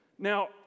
Now